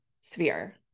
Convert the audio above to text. sphere